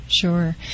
Sure